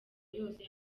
yose